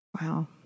Wow